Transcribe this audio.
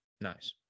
Nice